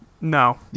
No